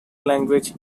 language